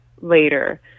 later